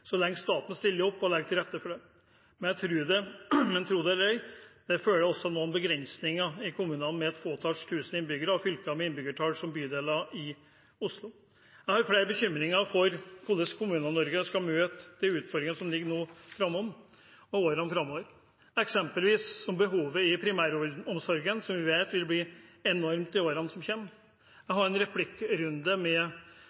så lenge staten stiller opp og legger til rette for det. Men tro det eller ei – det følger også med noen begrensninger i kommuner med noen få tusen innbyggere og fylker med innbyggertall som bydeler i Oslo. Jeg har flere bekymringer for hvordan Kommune-Norge skal møte de utfordringene som ligger foran oss i årene framover, eksempelvis behovet i primæromsorgen, som vi vet vil bli enormt i årene som kommer. Jeg hadde en replikkrunde med